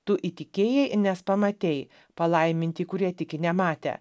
tu įtikėjai nes pamatei palaiminti kurie tiki nematę